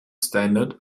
standard